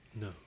No